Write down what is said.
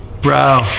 Bro